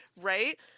right